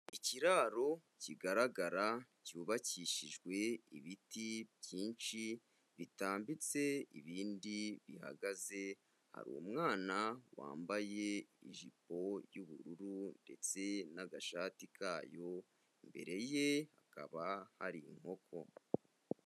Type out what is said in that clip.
Ikiraro kigaragara cyubakishijwe ibiti byinshi bitambitse ibindi bihagaze, hari umwana wambaye ijipo yu'bururu ndetse n'agashati kayo, imbere ye hakaba hari inkoko.